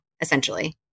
essentially